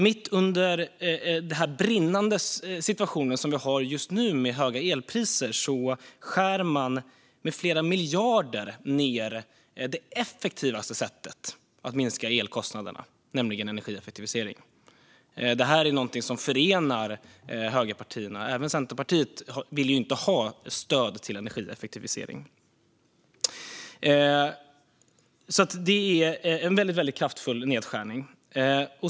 Mitt i den brinnande situation som vi har just nu med höga elpriser skär man med flera miljarder ned på det effektivaste sättet att minska elkostnaderna, nämligen energieffektivisering. Det här är någonting som förenar högerpartierna; inte heller Centerpartiet vill ha stöd till energieffektivisering. Det är en kraftfull nedskärning.